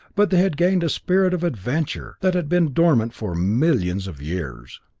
but they had gained a spirit of adventure that had been dormant for millions of years.